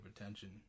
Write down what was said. attention